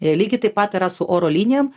lygiai taip pat yra su oro linijom